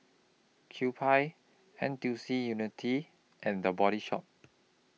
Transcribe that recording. Kewpie N T U C Unity and The Body Shop